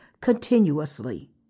continuously